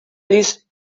lhes